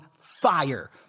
fire